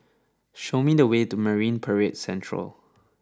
show me the way to Marine Parade Central